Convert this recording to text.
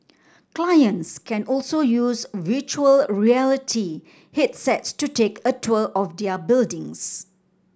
clients can also use virtual reality headsets to take a tour of their buildings